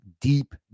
deep